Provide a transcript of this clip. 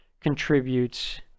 contributes